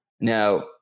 Now